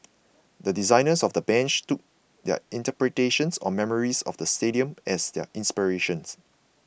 the designers of the bench took their interpretations or memories of the stadium as their inspirations